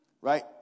Right